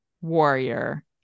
Warrior